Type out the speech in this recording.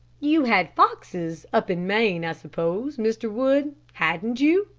you had foxes up in maine, i suppose, mr. wood, hadn't you?